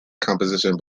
composition